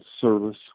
service